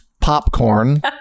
Popcorn